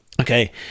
Okay